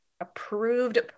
approved